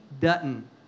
Dutton